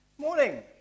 Morning